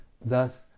Thus